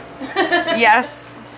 Yes